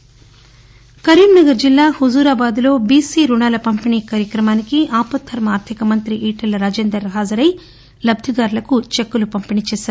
కరీంనగర్ కరీంనగర్ జిల్లా హుజూరాబాద్లో బిసి ఋణాల పంపిణీ కార్యక్రమానికి ఆపద్దర్మ ఆర్లికమంత్రి ఈటెల రాజేందర్ హాజరై లబ్దిదారులకు చెక్కులు పంపిణీ చేశారు